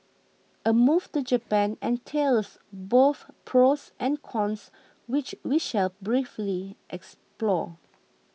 a move to Japan entails both pros and cons which we shall briefly explore